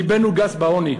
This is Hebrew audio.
לבנו גס בעוני.